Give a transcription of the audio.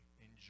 enjoy